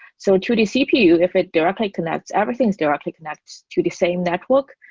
so to the cpu, if it directly connects, everything directly connects to the same network.